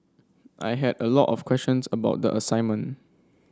I had a lot of questions about the assignment